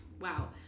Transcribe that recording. wow